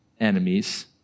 enemies